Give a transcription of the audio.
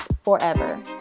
forever